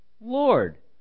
Lord